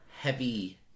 heavy